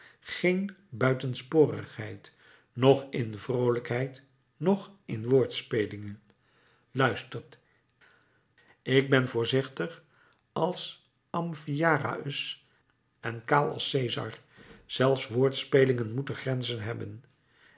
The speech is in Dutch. geen buitensporigheid noch in vroolijkheid noch in woordspelingen luistert ik ben voorzichtig als amphiaraüs en kaal als cesar zelfs woordspelingen moeten grenzen hebben